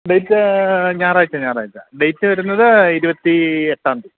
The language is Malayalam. ഡേറ്റ് ഞായറാഴ്ച ഞായറാഴ്ച ഡേറ്റ് വരുന്നത് ഇരുപത്തി എട്ടാം തീയ്യതി